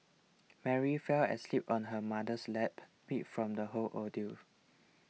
Mary fell asleep on her mother's lap beat from the whole ordeal